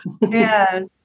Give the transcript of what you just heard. Yes